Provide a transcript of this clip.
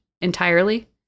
entirely